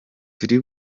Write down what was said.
turi